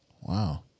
Wow